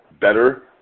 better